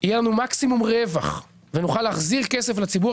יהיה לנו מקסימום רווח ונוכל להחזיר כסף לציבור.